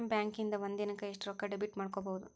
ಬ್ಯಾಂಕಿಂದಾ ಒಂದಿನಕ್ಕ ಎಷ್ಟ್ ರೊಕ್ಕಾ ಡೆಬಿಟ್ ಮಾಡ್ಕೊಬಹುದು?